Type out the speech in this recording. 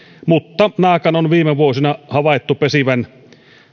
mutta naakan on viime vuosina havaittu pesivän